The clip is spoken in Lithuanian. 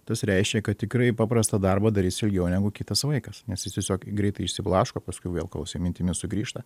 tas reiškia kad tikrai paprastą darbą darys ilgiau negu kitas vaikas nes jis tiesiog greitai išsiblaško paskui vėl kol jis į mintį nesugrįžta